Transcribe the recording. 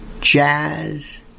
jazz